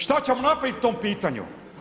Šta ćemo napraviti po tom pitanju?